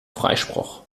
freispruch